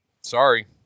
Sorry